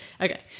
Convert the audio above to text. Okay